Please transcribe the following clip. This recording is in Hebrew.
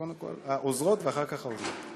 קודם כול העוזרות ואחר כך העוזרים.